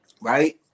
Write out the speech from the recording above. right